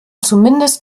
zumindest